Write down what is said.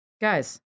Guys